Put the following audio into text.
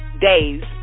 days